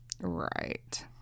Right